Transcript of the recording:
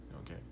Okay